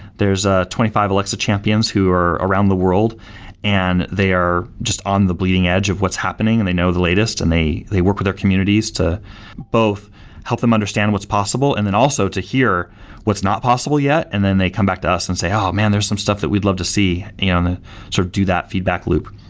there's a twenty five alexa champions who are around the world and they are just on the bleeding edge of what's happening and they know the latest and they they work with our communities to both help them understand what's possible and then also to hear what's not possible yet. then they come back to us and say, oh, man. there's some stuff that we'd love to see and so do that feedback loop.